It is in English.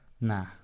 Nah